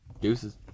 Deuces